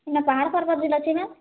ନା ପାହାଡ଼ ପର୍ବତ଼ ଅଛି ନା